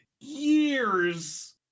years